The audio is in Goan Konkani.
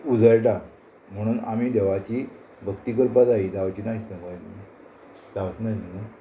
उजळटा म्हणून आमी देवाची भक्ती करपाक जाय जावची ना दिसता पय जावचे ना दिसता